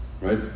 right